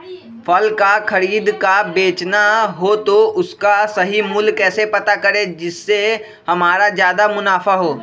फल का खरीद का बेचना हो तो उसका सही मूल्य कैसे पता करें जिससे हमारा ज्याद मुनाफा हो?